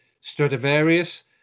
Stradivarius